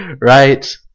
Right